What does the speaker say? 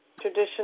Tradition